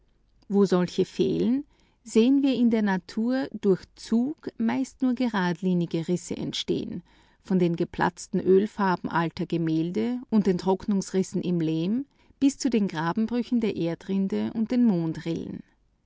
wo solche fehlen sehen wir in der natur durch zug meist nur geradlinige risse entstehen von den geplatzten ölfarben alter gemälde und den trocknungsrissen in lehm bis zu den grabenbrüchen der erdrinde und den mondrillen